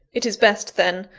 it is best, then,